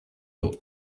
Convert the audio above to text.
dos